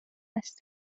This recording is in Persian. است